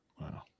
Wow